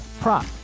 prop